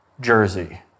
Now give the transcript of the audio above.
jersey